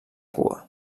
cua